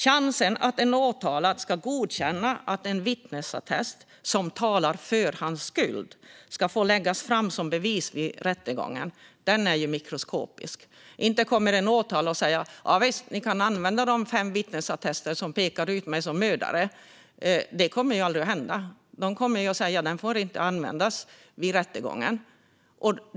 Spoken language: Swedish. Chansen att en åtalad ska godkänna att en vittnesattest som talar för hans skuld ska få läggas fram som bevis vid rättegången är mikroskopisk. Inte kommer en åtalad att säga: Javisst, ni kan använda de fem vittnesattester som pekar ur mig som mördare. Det kommer aldrig att hända. De åtalade kommer att säga att den inte får användas vid rättegången.